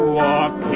walk